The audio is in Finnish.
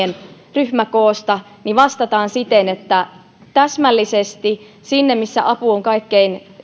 ryhmäkoosta vastataan siten että täsmällisesti sinne missä apu on kaikkein